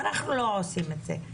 אנחנו לא עושים את זה,